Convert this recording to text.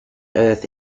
earth